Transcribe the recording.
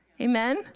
Amen